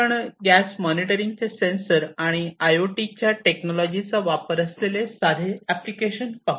आपण gas monitoring चे sensor आणि आय आय ओ टी टेक्नॉलॉजीचा वापर असलेले साधे एप्लिकेशन पाहू